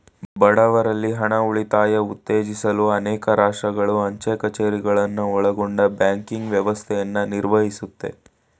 ಬಡವ್ರಲ್ಲಿ ಹಣ ಉಳಿತಾಯ ಉತ್ತೇಜಿಸಲು ಅನೇಕ ರಾಷ್ಟ್ರಗಳು ಅಂಚೆ ಕಛೇರಿಗಳನ್ನ ಒಳಗೊಂಡ ಬ್ಯಾಂಕಿಂಗ್ ವ್ಯವಸ್ಥೆಯನ್ನ ನಿರ್ವಹಿಸುತ್ತೆ